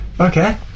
Okay